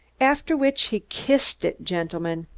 after which he kissed it, gentlemen,